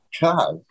God